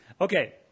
okay